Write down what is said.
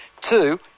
two